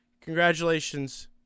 Congratulations